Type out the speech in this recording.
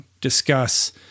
discuss